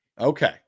Okay